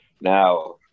Now